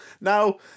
Now